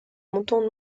montant